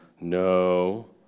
No